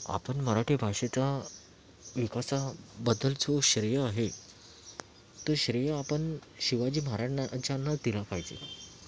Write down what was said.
आपण मराठी भाषेचा विकासाबद्दलचं श्रेय आहे ते श्रेय आपण शिवाजी महाराजांना च्यांना दिलं पाहिजे